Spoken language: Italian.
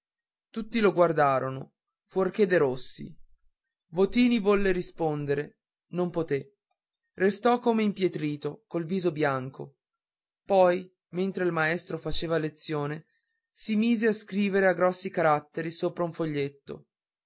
tutti lo guardarono fuorché derossi votini volle rispondere non poté restò come impietrato col viso bianco poi mentre il maestro faceva lezione si mise a scrivere a grossi caratteri sopra un foglietto